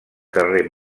carrer